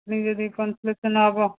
ପୁଣି ଯଦି କନଫଲେସନ୍ ହେବ